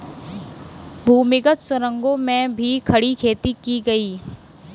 भूमिगत सुरंगों में भी खड़ी खेती की गई